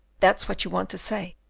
that's what you want to say,